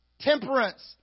temperance